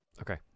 Okay